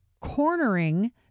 cornering